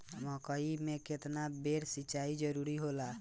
मकई मे केतना बेर सीचाई जरूरी होला?